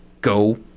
go